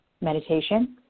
Meditation